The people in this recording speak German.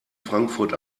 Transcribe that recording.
frankfurt